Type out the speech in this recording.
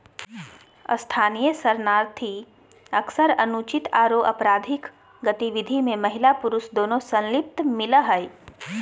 स्थानीय शरणार्थी अक्सर अनुचित आरो अपराधिक गतिविधि में महिला पुरुष दोनों संलिप्त मिल हई